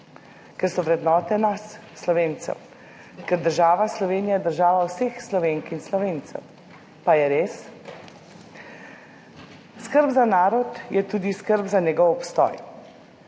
ker so vrednote nas Slovencev, ker je država Slovenija država vseh Slovenk in Slovencev. Pa je res? Skrb za narod je tudi skrb za njegov obstoj